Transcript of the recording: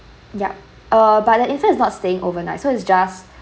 yup uh but the infant is not staying overnight so it's just